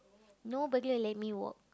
nobody will let me walk